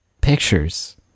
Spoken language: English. Pictures